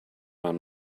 man